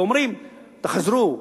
ואומרים: תחזרו,